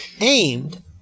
aimed